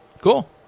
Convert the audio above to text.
Cool